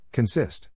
Consist